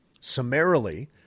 Summarily